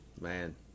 Man